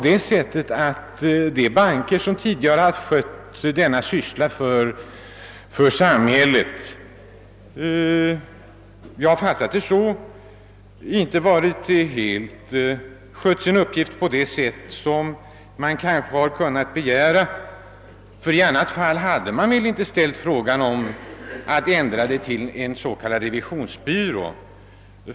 De banker som tidigare haft den sysslan för samhället har tydligen inte helt skött uppgiften på det sätt man kunnat begära. I varje fall har jag fattat saken så. I annat fall hade väl inte regeringen ändrat administrationen till en s.k. revisionsbyrå.